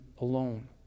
alone